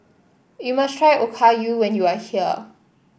you must try Okayu when you are here